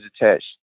attached